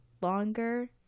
longer